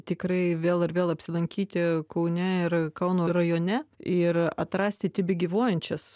tikrai vėl ir vėl apsilankyti kaune ir kauno rajone ir atrasti tebegyvuojančias